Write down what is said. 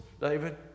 David